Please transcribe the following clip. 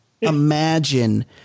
imagine